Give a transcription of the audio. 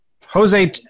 Jose